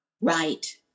Right